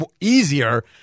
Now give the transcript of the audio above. easier